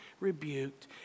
rebuked